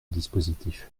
dispositif